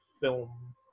film